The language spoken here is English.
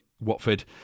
Watford